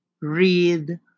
read